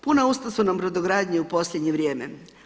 Puna usta su nam brodogradnje u posljednje vrijeme.